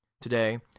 Today